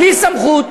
בלי סמכות,